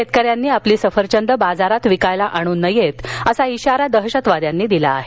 शेतकऱ्यांनी आपली सफरचंदं बाजारात विकायला आणू नयेत असा इशारा दहशतवाद्यांनी दिला आहे